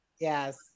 Yes